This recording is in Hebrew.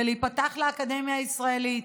ולהיפתח לאקדמיה הישראלית.